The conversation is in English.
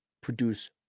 produce